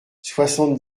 soixante